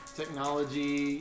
technology